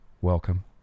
welcome